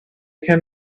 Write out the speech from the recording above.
can